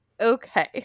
Okay